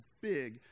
big